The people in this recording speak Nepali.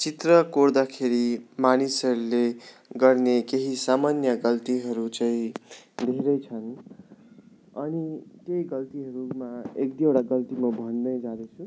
चित्र कोर्दाखेरि मानिसहरूले गर्ने केही सामान्य गल्तीहरू चाहिँँ धेरै छन् अनि त्यही गल्तीहरूमा एक दुईवटा गल्ती म भन्नै जाँदैछु